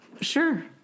Sure